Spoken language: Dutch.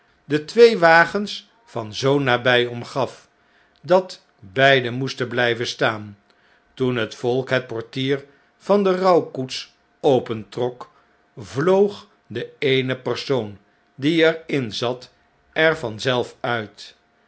de twee wagens zoo van nabij omgaf dat beiden moesten bljjven staan toen'het volk het portier van de rouwkoets opentrok vloog de eene persoon die er in zat er vanzelf uit